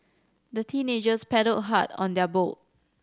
the teenagers paddled hard on their boat